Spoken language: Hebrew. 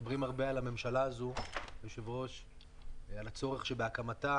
מדברים הרבה על הממשלה הזאת ועל הצורך שבהקמתה